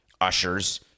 ushers